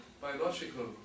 biological